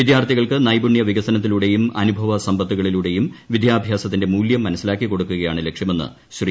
വിദ്യാർത്ഥികൾക്ക് നൈപുണ്യ വികസനത്തിലൂടെയും ആനുഭവ സമ്പത്തുകളിലുടെയും വിദ്യാഭ്യാസത്തിന്റെ മൂല്യം മനസിലാക്കികൊടുക്കുകയാണ് ലക്ഷ്യമെന്ന് ശ്രീ